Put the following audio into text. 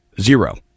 Zero